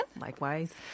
Likewise